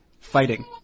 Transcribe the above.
fighting